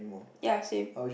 ya same